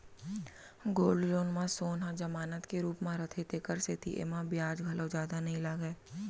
gold loan म सोन ह जमानत के रूप म रथे तेकर सेती एमा बियाज घलौ जादा नइ लागय